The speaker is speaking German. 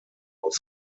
aus